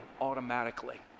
automatically